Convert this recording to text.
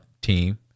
team